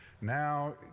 Now